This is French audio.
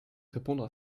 répondre